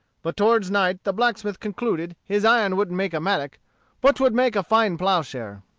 but toward night the blacksmith concluded his iron wouldn't make a mattock but twould make a fine ploughshare.